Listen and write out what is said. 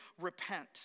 repent